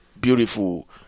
beautiful